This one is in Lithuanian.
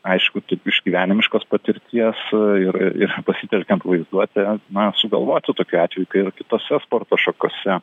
aišku tai iš gyvenimiškos patirties ir ir pasitelkiant vaizduotę na sugalvoti tokių atvejų kai ir kitose sporto šakose